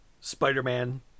Spider-Man